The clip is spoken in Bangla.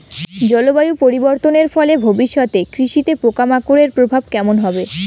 জলবায়ু পরিবর্তনের ফলে ভবিষ্যতে কৃষিতে পোকামাকড়ের প্রভাব কেমন হবে?